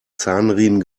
zahnriemen